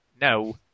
No